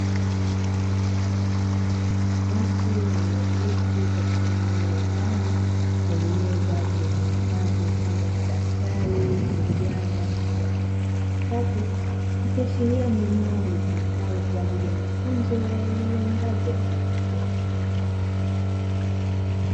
Watu walioketi katika eneo la ndani lenye meza zilizohifadhi mfano wa madaftari, simu mjanja pamoja na kompyuta mpakato. Ikiashiria ni eneo litumikalo kwa mafunzo ya elimu ngazi ya chuo kikuu.